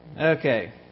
Okay